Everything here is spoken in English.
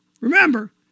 Remember